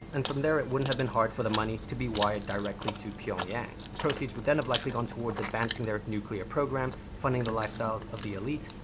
and from there, it wouldn't have been hard for the money to be wired directly to pyongyang. proceeds would then have likely gone towards advancing their nuclear program, funding the lifestyles of the elite,